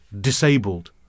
disabled